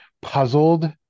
puzzled